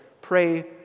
Pray